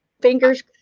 Fingers